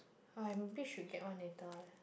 I maybe should get one later eh